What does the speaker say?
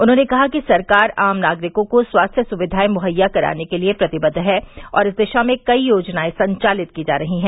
उन्होंने कहा कि सरकार आम नागरिकों को स्वास्थ्य सुविघाएं मुहैया कराने के लिए प्रतिबद्द है और इस दिशा में कई योजनाएं संवालित की जा रही हैं